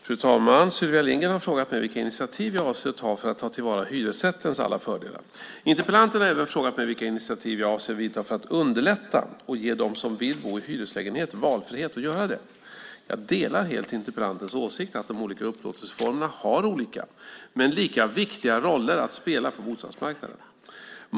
Fru talman! Sylvia Lindgren har frågat mig vilka initiativ jag avser att ta för att ta till vara hyresrättens alla fördelar. Interpellanten har även frågat mig vilka initiativ jag avser att ta för att underlätta och ge de som vill bo i hyreslägenhet valfrihet att göra det. Jag delar helt interpellantens åsikt att de olika upplåtelseformerna har olika, men lika viktiga, roller att spela på bostadsmarknaden.